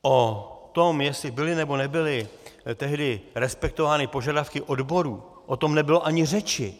O tom, jestli byly, nebo nebyly tehdy respektovány požadavky odborů, o tom nebylo ani řeči!